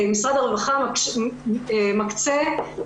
מחלקות הרווחה וכל עובדי משרד הרווחה מוחרגים מעוצר היציאות